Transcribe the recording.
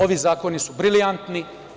Ovi zakoni su brilijantni.